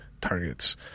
targets